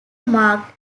marked